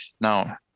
now